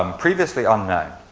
um previously unknown.